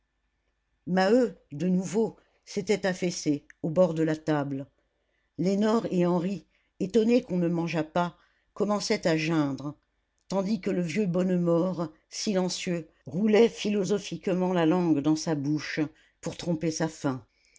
maheu de nouveau s'était affaissé au bord de la table lénore et henri étonnés qu'on ne mangeât pas commençaient à geindre tandis que le vieux bonnemort silencieux roulait philosophiquement la langue dans sa bouche pour tromper sa faim